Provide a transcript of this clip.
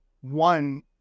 one